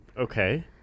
Okay